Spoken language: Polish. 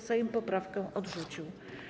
Sejm poprawkę odrzucił.